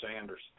Sanders